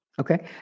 Okay